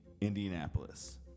Indianapolis